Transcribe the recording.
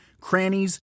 crannies